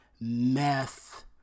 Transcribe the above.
Meth